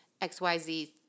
XYZ